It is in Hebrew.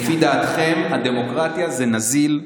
שיהיה, סליחה,